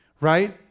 Right